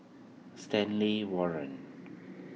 Stanley Warren